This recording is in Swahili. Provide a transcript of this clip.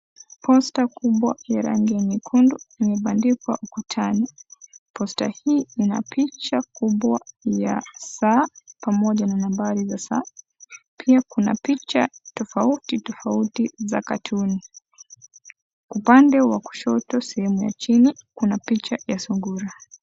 Posta kubwa ya rangi nyekundu imebandikwa ukutani posta hii ina picha kubwa ya saa pamoja na nambari za saa pia kuna picha tofautitofauti za katoon upande wa kushoto sehemu ya chini kuna picha ya sungura .